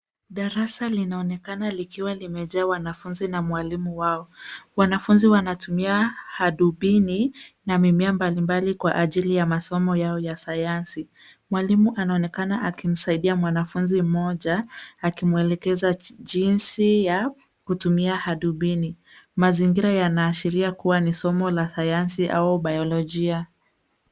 Darasa linaonekana likiwa limejaa wanafunzi na mwalimu wao. Wanafunzi wanatumia hadubini na mimea mbali mbali kwa ajili ya masomo yao ya sayansi. Mwalimu anaonekana akimsaidia mwanafunzi mmoja akimwelekeza jinsi ya kutumia hadubini. Mazingira yanaashiria kuwa ni somo la sayansi au bayolojia.